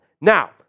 Now